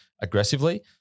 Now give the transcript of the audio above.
aggressively